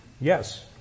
Yes